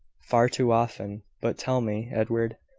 far too often. but tell me, edward,